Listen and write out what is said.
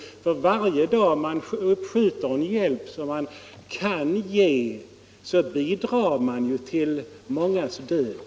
För varje dag man uppskjuter en hjälp, som man kan ge, bidrar man till mångas död.